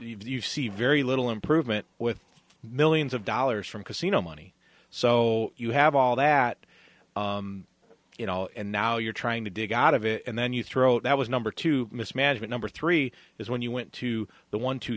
see very little improvement with millions of dollars from casino money so you have all that and now you're trying to dig out of it and then you throw that was number two mismanagement number three is when you went to the one two